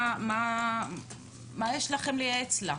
מה יש לכם לייעץ לה?